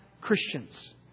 Christians